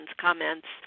comments